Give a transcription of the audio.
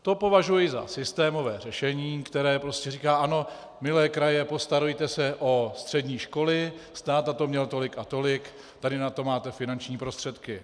To považuji za systémové řešení, které prostě říká: ano, milé kraje, postarejte se o střední školy, stát na to měl tolik a tolik, tady na to máte finanční prostředky.